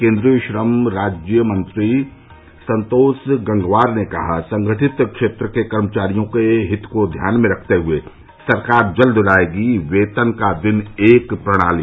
केन्द्रीय श्रम राज्य मंत्री संतोष गंगवार ने कहा संगठित क्षेत्र के कर्मचारियों के हित को ध्यान में रखते हुए सरकार जल्द लायेगी वेतन का दिन एक प्रणाली